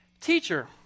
Teacher